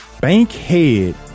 Bankhead